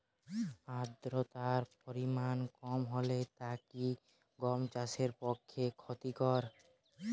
আর্দতার পরিমাণ কম হলে তা কি গম চাষের পক্ষে ক্ষতিকর?